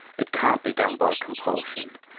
it can't be done by compulsion.